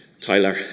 Tyler